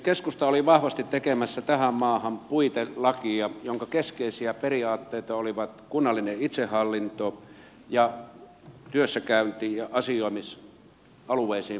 keskusta oli vahvasti tekemässä tähän maahan puitelakia jonka keskeisiä periaatteita olivat kunnallinen itsehallinto ja työssäkäynti ja asioimisalueisiin perustuvat kunnat